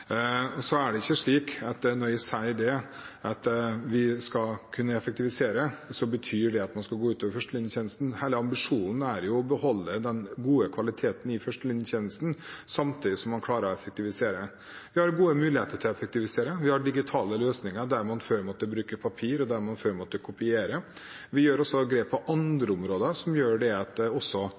er ikke slik at når jeg sier vi skal kunne effektivisere, betyr det at det skal gå ut over førstelinjetjenesten. Hele ambisjonen er å beholde den gode kvaliteten i førstelinjetjenesten samtidig som man klarere å effektivisere. Vi har gode muligheter til å effektivisere. Vi har digitale løsninger der man før måtte bruke papir, og der man før måtte kopiere. Vi tar også grep på andre områder som gjør at også